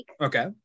okay